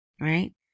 Right